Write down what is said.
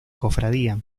cofradía